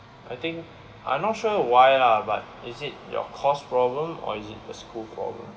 I think I'm not sure why lah but is it your course problem or is it the school problem